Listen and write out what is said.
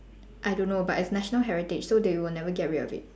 I don't know but it's national heritage so they will never get rid of it